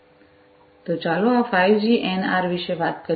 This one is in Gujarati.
તો ચાલો આ ફાઇવજી એનઆર વિશે વાત કરીએ